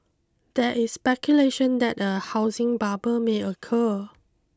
there is speculation that a housing bubble may occur